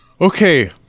Okay